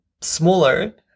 smaller